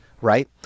Right